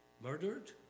murdered